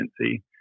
agency